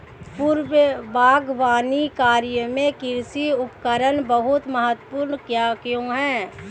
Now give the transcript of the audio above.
पूर्व बागवानी कार्यों में कृषि उपकरण बहुत महत्वपूर्ण क्यों है?